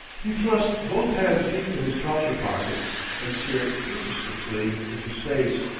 he thrust both hands deep in his trouser pockets and stared purposelessly into space,